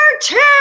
two